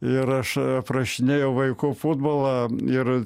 ir aš aprašinėjau vaikų futbolą ir